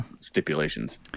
stipulations